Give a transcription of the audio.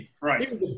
Right